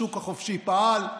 השוק החופשי פעל.